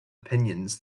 opinions